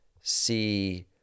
see